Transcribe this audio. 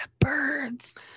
birds